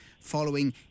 ...following